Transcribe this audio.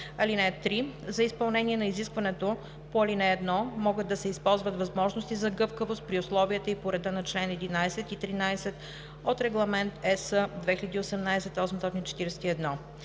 (3) За изпълнение на изискването по ал. 1 могат да се използват възможности за гъвкавост при условията и по реда на чл. 11 и 13 от Регламент (ЕС) 2018/841.